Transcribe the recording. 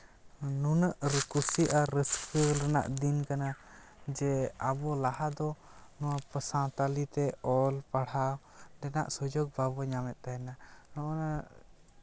ᱱᱩᱱᱟᱹᱜ ᱠᱩᱥᱤ ᱟᱨ ᱨᱟᱹᱥᱠᱟᱹ ᱨᱮᱱᱟᱜ ᱫᱤᱱ ᱠᱟᱱᱟ ᱡᱮ ᱟᱵᱚ ᱞᱟᱦᱟ ᱫᱚ ᱱᱚᱣᱟ ᱠᱚ ᱥᱟᱶᱛᱟᱞᱤ ᱛᱮ ᱚᱞ ᱯᱟᱲᱦᱟᱣ ᱨᱮᱱᱟᱜ ᱥᱩᱡᱳᱜᱽ ᱵᱟᱵᱚ ᱧᱟᱢᱮᱛ ᱛᱟᱦᱮᱱᱟ ᱱᱚᱜᱼᱚ ᱱᱟ